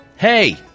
Hey